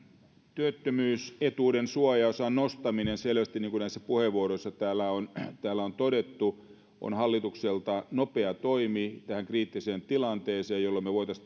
työttömyysetuuden suojaosan nostaminen selvästi niin kuin puheenvuoroissa täällä on täällä on todettu on hallitukselta nopea toimi tähän kriittiseen tilanteeseen ja sillä me voisimme